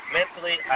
Mentally